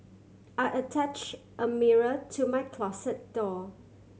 I attach a mirror to my closet door